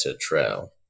trail